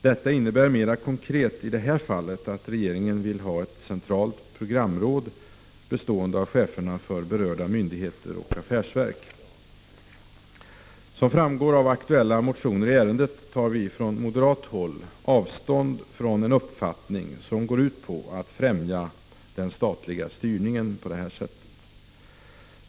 Detta innebär mera konkret i det här fallet att regeringen vill ha ett centralt programråd, bestående av cheferna för berörda myndigheter och affärsverk. Som framgår av aktuella motioner i ärendet tar vi från moderat håll avstånd från en uppfattning som går ut på att främja den statliga styrningen på detta område.